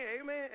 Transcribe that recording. amen